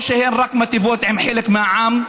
או שהן מיטיבות רק עם חלק מהעם,